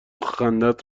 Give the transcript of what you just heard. خندت